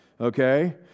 Okay